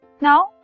Now